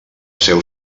seu